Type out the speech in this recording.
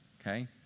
Okay